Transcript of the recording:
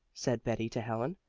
said betty to helen,